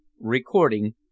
Recording